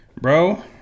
Bro